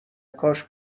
کاش